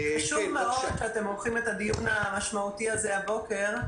חשוב מאוד שאתם עורכים את הדיון המשמעותי הזה הבוקר.